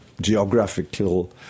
geographical